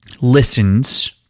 listens